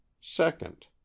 second